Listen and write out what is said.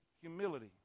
Humility